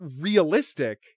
realistic